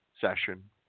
session